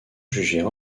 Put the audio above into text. jugées